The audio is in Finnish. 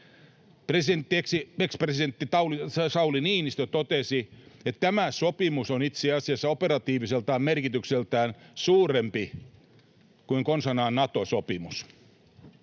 tilanteessa. Ex-presidentti Sauli Niinistö totesi, että tämä sopimus on itse asiassa operatiiviselta merkitykseltään suurempi kuin konsanaan Nato-sopimus.